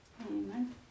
Amen